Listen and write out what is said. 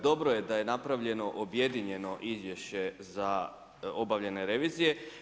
Dobro je da je napravljeno objedinjeno izvješće za obavljene revizije.